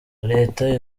leta